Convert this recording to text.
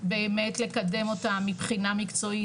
באמת לקדם אותם מבחינה מקצועית.